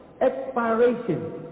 Expiration